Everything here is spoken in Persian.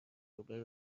روبه